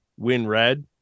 WinRed